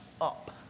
up